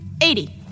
eighty